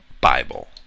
Bible